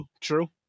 True